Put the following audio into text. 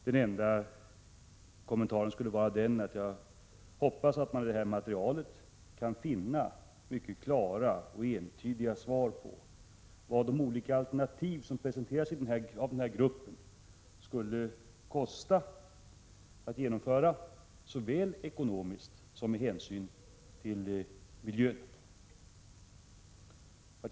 Den enda kommentaren skulle vara att jag hoppas att man i det här materialet mycket klart och entydigt kan finna svar på vad de olika alternativ som presenteras av gruppen skulle kosta att genomföra, såväl ekonomiskt som med hänsyn till miljön.